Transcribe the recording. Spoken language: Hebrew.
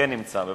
בנושא: